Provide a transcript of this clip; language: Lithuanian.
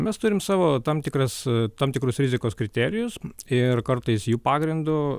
mes turim savo tam tikras tam tikrus rizikos kriterijus ir kartais jų pagrindu